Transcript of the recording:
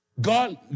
God